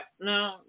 no